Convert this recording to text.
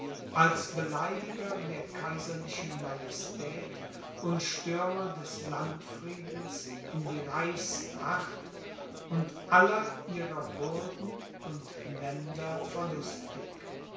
als beleidiger der kaiserlichen majestät und störer des landfriedens in die reichsacht und aller ihrer würden und